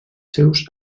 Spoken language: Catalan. seus